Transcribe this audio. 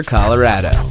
Colorado